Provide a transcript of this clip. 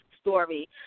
story